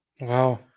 Wow